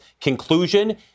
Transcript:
conclusion